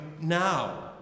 now